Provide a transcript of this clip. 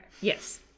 Yes